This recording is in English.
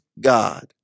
God